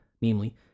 namely